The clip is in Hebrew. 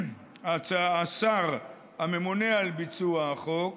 השר הממונה על ביצוע החוק